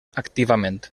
activament